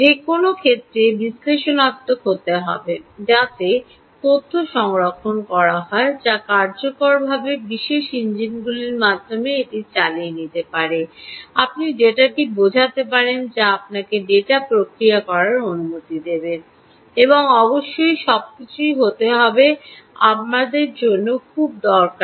যে কোনও ক্ষেত্রে বিশ্লেষণাত্মক হতে হবে যাতে তথ্য সংরক্ষণ করা হয় তা কার্যকরভাবে বিশ্লেষণ ইঞ্জিনগুলির মাধ্যমে এটি চালিয়ে আপনি ডেটাটি বোঝাতে পারেন যা আপনাকে ডেটা প্রক্রিয়া করার অনুমতি দেবে এবং অবশ্যই সবকিছুই হতে হবে আমাদের জন্য খুব দরকারী